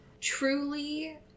truly